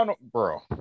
Bro